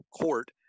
court